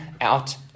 out